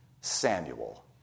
Samuel